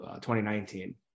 2019